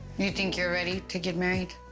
you think you're ready to get married?